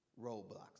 roadblocks